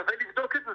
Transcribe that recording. שווה לבדוק את זה.